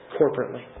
corporately